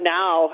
now